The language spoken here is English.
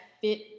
fit